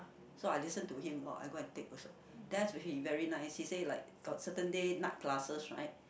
so I listen to him lor I go and take also then he very nice he said like certain day night classes right